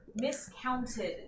Miscounted